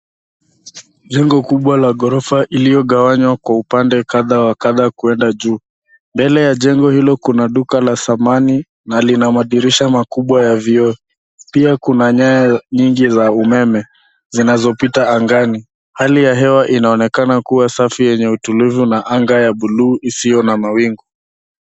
Jengo kubwa la ghorofa iliyogawanywa kwa upande wa kadha wa kadha kwenda juu. Mbele ya jengo hilo, kuna duka la zamani na lina madirisha makubwa ya vioo. Pia kuna nyaya nyingi za umeme, zinazopita angani. Hali ya hewa inaonekana kuwa safi yenye utulivu na anga safi la buluu isio na mawingu.